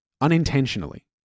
Unintentionally